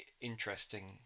interesting